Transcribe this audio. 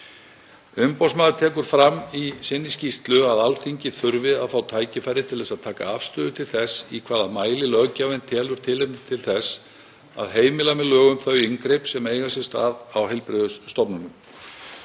Umboðsmaður tekur fram í skýrslu sinni að Alþingi þurfi að fá tækifæri til að taka afstöðu til þess í hvaða mæli löggjafinn telji tilefni til að heimila með lögum þau inngrip sem eiga sér stað á heilbrigðisstofnunum.